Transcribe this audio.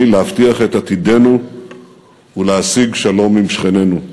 להבטחת עתידנו ולהשגת שלום עם שכנינו.